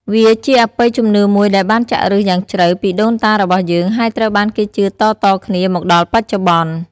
វាជាអបិយជំនឿមួយដែលបានចាក់ឫសយ៉ាងជ្រៅពីដូនតារបស់យើង ហើយត្រូវបានគេជឿតៗគ្នាមកដល់បច្ចុប្បន្ន។